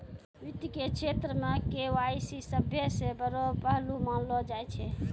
वित्त के क्षेत्र मे के.वाई.सी सभ्भे से बड़ो पहलू मानलो जाय छै